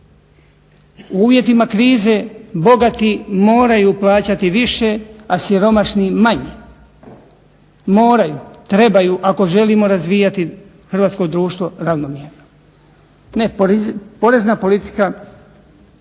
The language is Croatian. U uvjetima krize bogati moraju plaćati više, a siromašni manje. Moraju, trebaju, ako želimo razvijati hrvatsko društvo ravnomjerno. Porezna politika